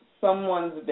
someone's